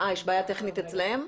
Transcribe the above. אני אנסה לשתף את הסרטון.